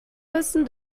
müssen